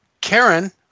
Karen